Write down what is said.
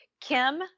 kim